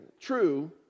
true